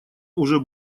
уже